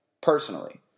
personally